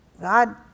God